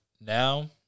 now